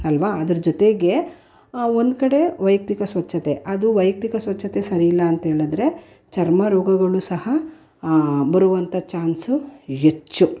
ಅಲ್ಲವಾ ಅದರ ಜೊತೆಗೆ ಒಂದುಕಡೆ ವೈಯಕ್ತಿಕ ಸ್ವಚ್ಛತೆ ಅದು ವೈಯಕ್ತಿಕ ಸ್ವಚ್ಛತೆ ಸರಿಯಿಲ್ಲ ಅಂತ್ಹೇಳಿದ್ರೆ ಚರ್ಮ ರೋಗಗಳು ಸಹ ಬರುವಂಥ ಚಾನ್ಸು ಹೆಚ್ಚು